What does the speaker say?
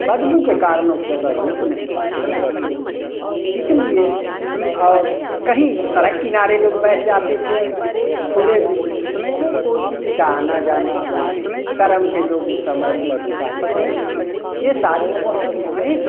बदबू के कारण उस जगह रुक नहीं पाते थे हम लोग इसलिए और कहीं सड़क किनारे लोग बैठ जाते थे अगर खुले में तो को किसी का आना जाना हुआ शर्म से जो उस समय सिर झुका लेते थे ये सारी असुविधाएँ थीं